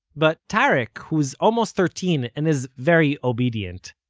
but tareq, who's almost thirteen and is very obedient,